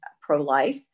pro-life